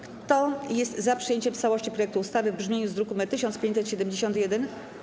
Kto jest za przyjęciem w całości projektu ustawy w brzmieniu z druku nr 1571?